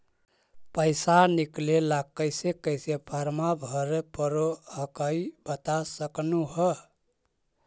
पैसा निकले ला कैसे कैसे फॉर्मा भरे परो हकाई बता सकनुह?